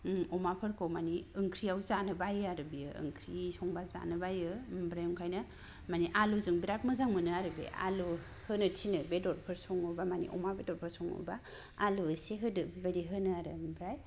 अमाफोरखौ मानि ओंख्रिआव जानो बायो आरो बियो ओंख्रि संब्ला जानो बायो आमफ्राय ओंखायनो आलुजों बेराद मोजां मोनो आरो बे आलु होनो थिनो बेदरफोर सङोब्ला मानि अमा बेदरफोर सङोब्ला आलु एसे होदो बे बायदि होनो आरो आमफ्राय